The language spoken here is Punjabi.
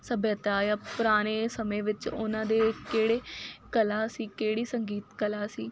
ਸਭਿਅਤਾ ਯਾਂ ਪੁਰਾਣੇ ਸਮੇਂ ਵਿੱਚ ਉਹਨਾਂ ਦੇ ਕਿਹੜੇ ਕਲਾ ਸੀ ਕਿਹੜੀ ਸੰਗੀਤ ਕਲਾ ਸੀ